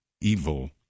evil